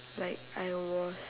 like I was